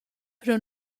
pro